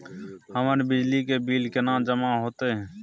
हमर बिजली के बिल केना जमा होते?